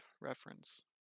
reference